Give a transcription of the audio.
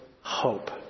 hope